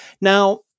Now